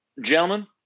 gentlemen